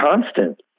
constant